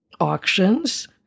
auctions